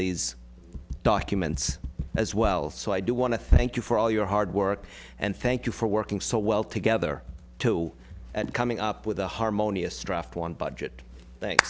these documents as well so i do want to thank you for all your hard work and thank you for working so well together and coming up with a harmonious draft one budget thank